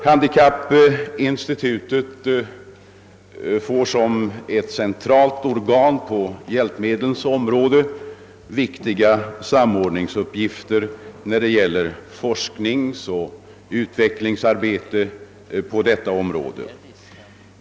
Handikappinstitutet får som ett centralt organ på hjälpmedelsområdet viktiga samordningsuppgifter i fråga om forskning och utvecklingsarbete på detta område.